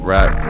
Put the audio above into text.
Rap